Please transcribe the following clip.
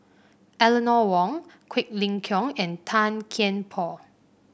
Eleanor Wong Quek Ling Kiong and Tan Kian Por